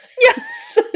Yes